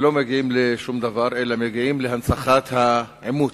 ולא מגיעים לשום דבר, אלא מגיעים להנצחת העימות.